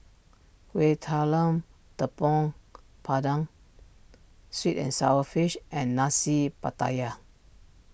Kueh Talam Tepong Pandan Sweet and Sour Fish and Nasi Pattaya